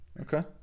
Okay